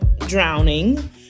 drowning